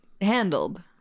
handled